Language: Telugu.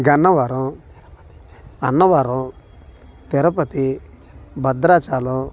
గన్నవరం అన్నవరం తిరుపతి భద్రాచలం